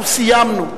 אנחנו סיימנו.